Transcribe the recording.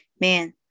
man